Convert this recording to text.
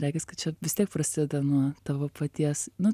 regis kad čia vis tiek prasideda nuo tavo paties nu